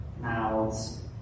mouths